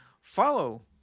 Follow